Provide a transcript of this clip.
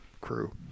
crew